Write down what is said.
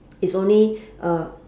it's only uh